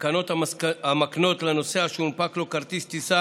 תקנות המקנות לנוסע שהונפק לו כרטיס טיסה